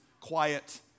quiet